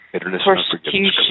persecution